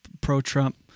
pro-Trump